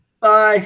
bye